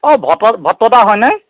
অ' ভট্ট ভট্টদা হয়নে